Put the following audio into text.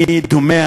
אני דומע